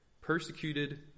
Persecuted